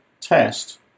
test